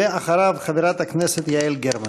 ואחריו, חברת הכנסת יעל גרמן.